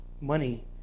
Money